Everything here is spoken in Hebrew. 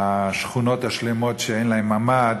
השכונות השלמות שאין להן ממ"ד,